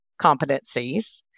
competencies